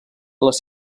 les